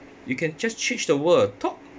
you can just change the world talk